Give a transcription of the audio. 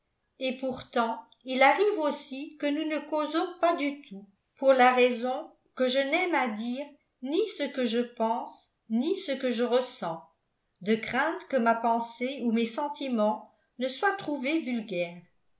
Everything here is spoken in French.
et pourtant il arrive aussi que nous ne causons pas du tout pour la raison que je n'aime à dire ni ce que je pense ni ce que je ressens de crainte que ma pensée ou mes sentiments ne soient trouvés vulgaires